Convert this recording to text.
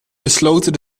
besloten